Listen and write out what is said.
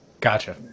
Gotcha